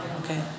Okay